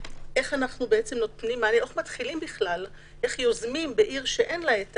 איך מתחילים בכלל, איך יוזמים בעיר שאין בה את